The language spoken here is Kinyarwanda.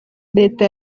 leta